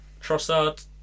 Trossard